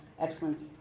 excellence